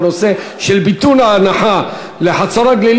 בנושא של ביטול ההנחה לחצור-הגלילית,